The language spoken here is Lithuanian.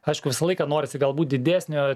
aišku visą laiką norisi galbūt didesnio